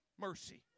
mercy